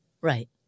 Right